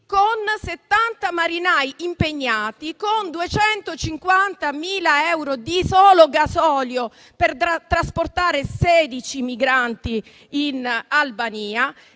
con 70 marinai impegnati, con 250.000 euro solo di gasolio, per trasportare 16 migranti in Albania,